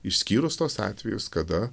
išskyrus tuos atvejus kada